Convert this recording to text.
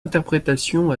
interprétation